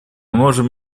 можем